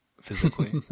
physically